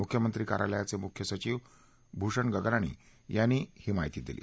मुख्यमंत्री कार्यालयाचे मुख्य सचिव भूषण गगरानी यांनी ही माहिती दिली